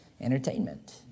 entertainment